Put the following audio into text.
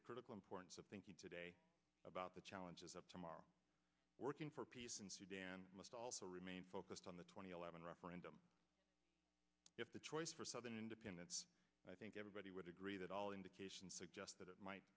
the critical importance of thinking today about the challenges of tomorrow working for peace in sudan must also remain focused on the twenty eleven referendum if the choice for southern independence i think everybody would agree that all indications suggest that it might